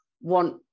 want